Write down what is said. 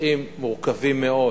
נושאים מורכבים מאוד